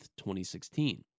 2016